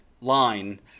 line